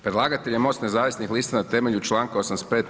Predlagatelj je Most nezavisnih lista na temelju članka 85.